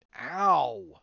ow